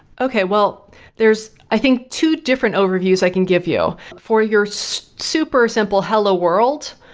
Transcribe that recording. okay, well there's i think two different overviews i can give you. for your so super simple hello world,